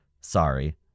Sorry